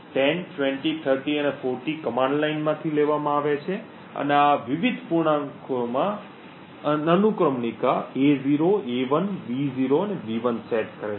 10 20 30 અને 40 કંમાન્ડ લાઇનમાંથી લેવામાં આવે છે અને આ વિવિધ પૂર્ણાંકોમાં અનુક્રમણિકા A0 A1 B0 અને B1 સેટ કરે છે